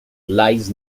lies